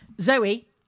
Zoe